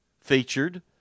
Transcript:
featured